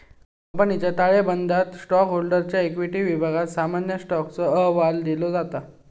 कंपनीच्या ताळेबंदयात स्टॉकहोल्डरच्या इक्विटी विभागात सामान्य स्टॉकचो अहवाल दिलो जाता